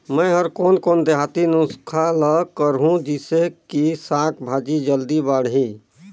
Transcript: मै हर कोन कोन देहाती नुस्खा ल करहूं? जिसे कि साक भाजी जल्दी बाड़ही?